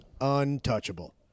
untouchable